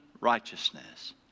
righteousness